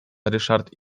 ryszard